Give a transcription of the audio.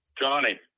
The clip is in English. Johnny